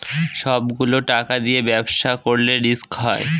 সব গুলো টাকা দিয়ে ব্যবসা করলে রিস্ক হয়